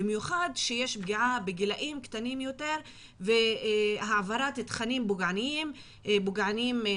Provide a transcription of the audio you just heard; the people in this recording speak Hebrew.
במיוחד כשיש פגיעה בגילאים קטנים יותר והעברת תכנים פוגעניים נפשית,